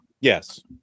Yes